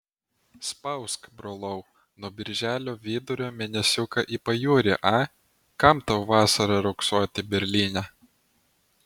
spausk brolau nuo birželio vidurio mėnesiuką į pajūrį a kam tau vasarą riogsoti berlyne